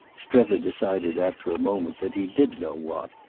strether decided after a moment that he did know what,